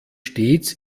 stets